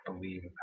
believe